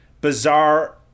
bizarre